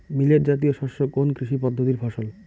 Millet জাতীয় শস্য কোন কৃষি পদ্ধতির ফসল?